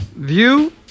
View